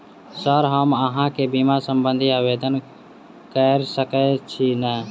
Sir हम अहाँ केँ बीमा संबधी आवेदन कैर सकै छी नै?